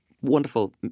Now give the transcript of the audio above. wonderful